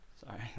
Sorry